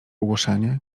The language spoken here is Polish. ogłoszenie